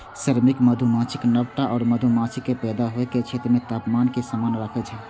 श्रमिक मधुमाछी नवका मधुमाछीक पैदा होइ के क्षेत्र मे तापमान कें समान राखै छै